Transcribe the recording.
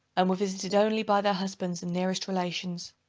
and were visited only by their husbands and nearest relations.